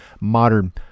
modern